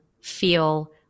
feel